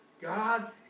God